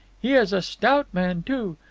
he is a stout man, too.